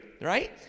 right